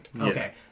Okay